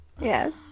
yes